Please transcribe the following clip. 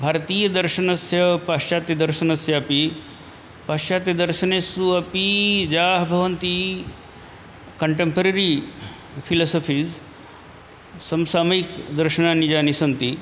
भारतीयदर्शनस्य पाश्चात्यदर्शनस्य अपि पाश्चात्यदर्शनेषु अपि याः भवन्ति कण्टेम्पररि फ़िलसफ़ीस् सम्सामयिकदर्शनानि यानि सन्ति